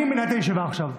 אני מנהל את הישיבה עכשיו.